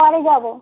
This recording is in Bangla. পরে যাবো